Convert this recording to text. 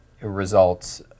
results